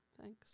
Thanks